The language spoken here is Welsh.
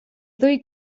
ddwy